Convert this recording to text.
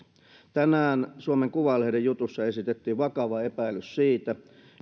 tänään suomen kuvalehden jutussa esitettiin vakava epäilys siitä